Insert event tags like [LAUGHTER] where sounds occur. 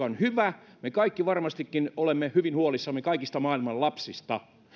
[UNINTELLIGIBLE] on hyvä me kaikki varmastikin olemme hyvin huolissamme kaikista maailman lapsista